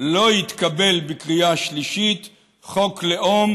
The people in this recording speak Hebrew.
לא יתקבל בקריאה שלישית חוק לאום